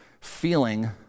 feeling